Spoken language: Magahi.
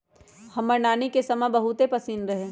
हमर नानी के समा बहुते पसिन्न रहै